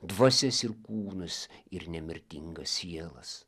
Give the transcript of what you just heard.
dvasias ir kūnus ir nemirtingas sielas